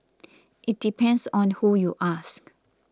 it depends on who you ask